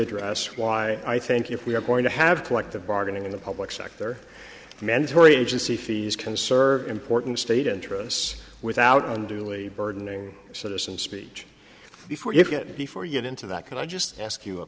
address why i think if we are going to have collective bargaining in the public sector mandatory agency fees can serve important state interests without unduly burdening citizens speech before you get before you get into that can i just ask you a